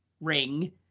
ring